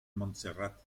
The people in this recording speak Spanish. montserrat